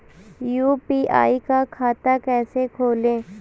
UPI का खाता कैसे खोलें?